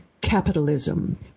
Capitalism